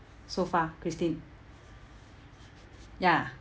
so far christine ya